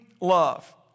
love